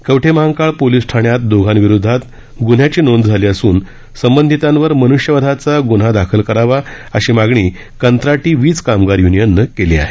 Kavathemahankal police ठाण्यात दोघांविरोधात गुन्हयाची नोंद झाली असून संबंधितांवर मनुष्यवधाचा गुन्हा दाखल करावा अशी मागणी कंत्राटी वीज कामगार य्नियननं केली आहे